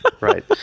Right